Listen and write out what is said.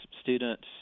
students